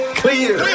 clear